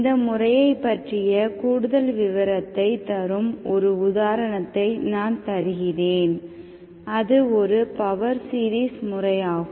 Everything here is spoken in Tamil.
இந்த முறையைப் பற்றிய கூடுதல் விவரத்தை தரும் ஒரு உதாரணத்தை நான் தருகிறேன் அது ஒரு பவர் சீரிஸ் முறையாகும்